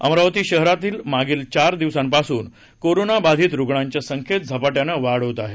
अमरावती शहरात मागील चार दिवसांपासून कोरोना बाधित रुग्णांच्या संख्येत झपाट्यानं वाढ होत आहे